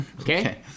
Okay